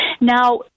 Now